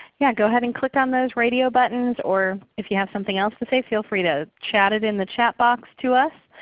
yeah go ahead and click on those radio buttons, or if you have something else to say, feel free to chat it in the chat box to us.